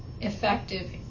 effective